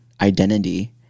identity